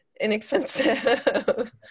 inexpensive